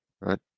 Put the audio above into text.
Right